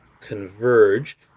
converge